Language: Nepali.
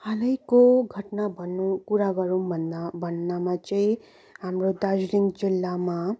हालैको घटना भन्नु कुरा गरौँ भन्न भन्नमा चाहिँ हाम्रो दार्जिलिङ जिल्लामा